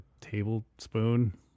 tablespoon